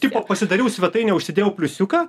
tipo pasidariau svetainę užsidėjau pliusiuką